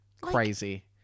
crazy